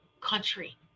country